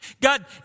God